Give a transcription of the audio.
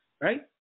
right